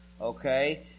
Okay